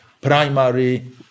primary